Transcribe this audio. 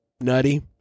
nutty